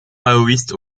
maoïste